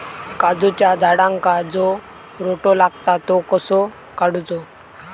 काजूच्या झाडांका जो रोटो लागता तो कसो काडुचो?